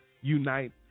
unite